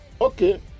Okay